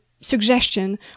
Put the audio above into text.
suggestion